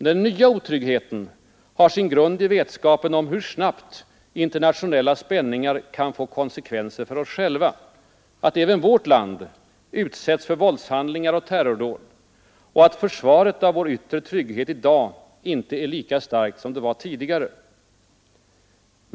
Den nya otryggheten har sin grund i vetskapen om hur snabbt internationella spänningar kan få konsekvenser för oss själva, att även vårt land utsätts för våldshandlingar och terrordåd och att försvaret av vår yttre trygghet i dag inte är lika starkt som det var tidigare.